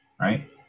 right